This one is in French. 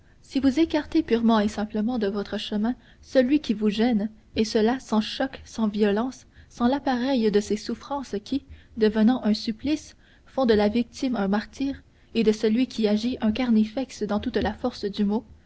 si vous écartez purement et simplement de votre chemin celui qui vous gêne et cela sans choc sans violence sans l'appareil de ces souffrances qui devenant un supplice font de la victime un martyr et de celui qui agit un carnifex dans toute la force du mot